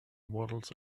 waddles